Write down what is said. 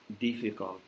difficult